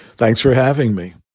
thanks for having me.